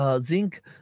Zinc